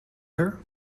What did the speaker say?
her